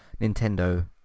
nintendo